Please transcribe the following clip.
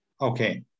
Okay